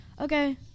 Okay